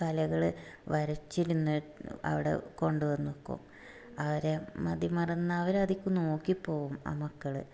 കലകൾ വരച്ചിരുന്ന് അവിടെ കൊണ്ട് വന്ന് വെക്കും അവരെ മതി മറന്ന് അവരതിലെക്ക് നോക്കി പോകും ആ മക്കൾ